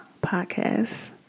Podcast